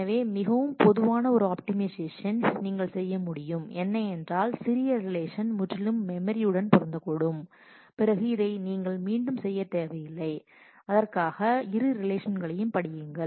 எனவே மிகவும் பொதுவான ஒரு அப்டிமைசேஷன் நீங்கள் செய்ய முடியும் என்ன என்றால் சிறிய ரிலேஷன் முற்றிலும் மெமரி உடன் பொருந்தக்கூடும் பிறகு இதை நீங்கள் மீண்டும் செய்ய தேவையில்லை அதற்காக இரு ரிலேஷல்ன்களையும் படியுங்கள்